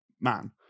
man